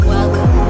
Welcome